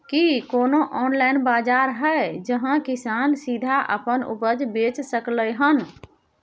की कोनो ऑनलाइन बाजार हय जहां किसान सीधा अपन उपज बेच सकलय हन?